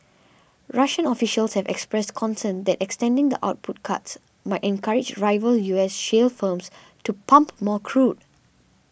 Russian officials had expressed concern that extending the output cuts might encourage rival U S shale firms to pump more crude